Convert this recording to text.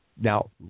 Now